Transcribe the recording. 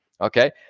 okay